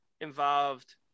involved